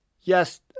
Yes